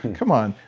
come on,